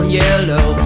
yellow